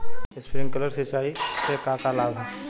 Sprinkler सिंचाई से का का लाभ ह?